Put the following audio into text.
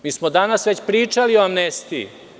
Mi smo danas već pričali o amnestiji.